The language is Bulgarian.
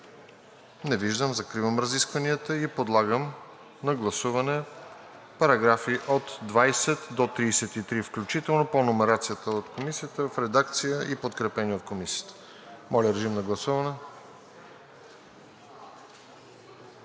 Не виждам. Закривам разискванията и ги подлагам на гласуване – параграфи от 20 до 33 включително, по номерацията на Комисията в редакция и подкрепени от Комисията. Моля, режим на гласуване.